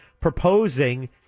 proposing